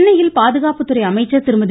சென்னையில் பாதுகாப்புத்துறை அமைச்சர் திருமதி